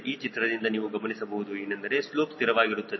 ಈ ಚಿತ್ರದಿಂದ ನೀವು ಗಮನಿಸಬಹುದು ಏನೆಂದರೆ ಸ್ಲೋಪ್ ಸ್ಥಿರವಾಗಿರುತ್ತದೆ